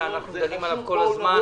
שאנחנו דנים בו כל הזמן